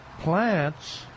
plants